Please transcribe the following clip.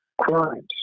crimes